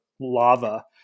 lava